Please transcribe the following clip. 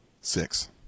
Six